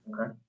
Okay